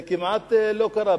זה כמעט לא קרה.